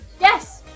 Yes